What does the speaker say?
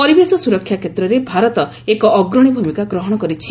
ପରିବେଶ ସୁରକ୍ଷା କ୍ଷେତ୍ରରେ ଭାରତ ଏକ ଅଗ୍ରଣୀ ଭୂମିକା ଗ୍ରହଣ କରିଛି